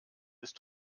ist